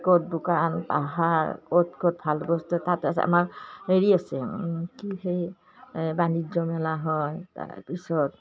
ক'ত দোকান পোহাৰ ক'ত ক'ত ভাল বস্তু তাত আছে আমাৰ হেৰি আছে কি সেই বাণিজ্য মেলা হয় তাৰ পিছত